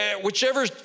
Whichever